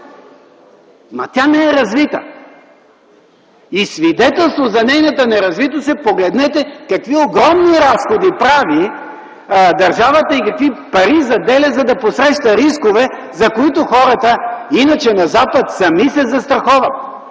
Ама тя не е развита. Свидетелство за нейната неразвитост е ...– погледнете какви огромни разходи прави държавата и какви пари заделя, за да посреща рискове, за които хората, иначе на Запад, сами се застраховат